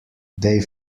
they